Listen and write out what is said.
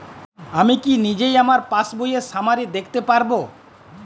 আমি কি নিজেই আমার পাসবইয়ের সামারি দেখতে পারব?